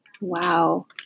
Wow